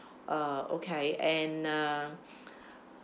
uh okay and uh